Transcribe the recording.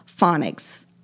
phonics